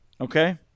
okay